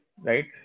right